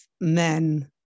men